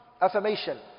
affirmation